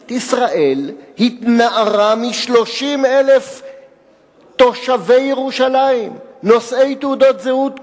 ממשלת ישראל התנערה מ-30,000 תושבי ירושלים נושאי תעודות זהות כחולות.